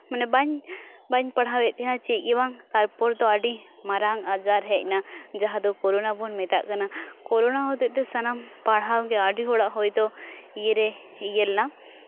ᱢᱟᱱᱮ ᱵᱟᱹᱧ ᱵᱟᱹᱧ ᱯᱟᱲᱦᱟᱣᱮᱫ ᱛᱟᱦᱮᱱᱟ ᱪᱮᱫ ᱜᱮ ᱵᱟᱝ ᱛᱟᱨᱯᱚᱨ ᱫᱚ ᱟᱹᱰᱤ ᱢᱟᱨᱟᱝ ᱟᱡᱟᱨ ᱦᱮᱡ ᱱᱟ ᱡᱟᱦᱟᱸ ᱫᱚ ᱠᱳᱨᱳᱱᱟ ᱵᱚᱱ ᱢᱮᱛᱟᱜ ᱠᱟᱱᱟ ᱠᱳᱨᱳᱱᱟ ᱦᱚᱛᱮᱫ ᱛᱮ ᱥᱟᱱᱟᱢ ᱯᱟᱲᱦᱟᱣ ᱜᱮ ᱟᱹᱰᱤ ᱦᱚᱲᱟᱜ ᱦᱚᱭᱛᱚ ᱤᱭᱟᱹᱨᱮ ᱤᱭᱟᱹ ᱞᱮᱱᱟ